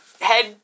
head